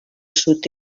sud